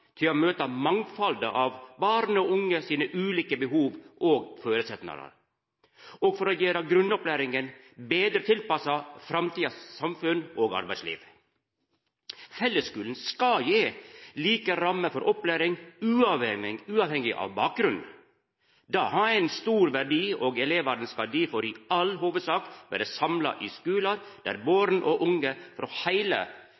til å møta mangfaldet av barn og unge sine ulike behov og føresetnader, og for å gjera grunnopplæringa betre tilpassa framtidas samfunn og arbeidsliv. Fellesskulen skal gje alle like rammer for opplæring uavhengig av bakgrunn. Det har ein stor verdi, og elevane skal difor i all hovudsak vera samla i skular der born og unge frå heile